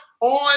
on